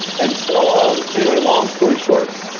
and so um anyway, long story short,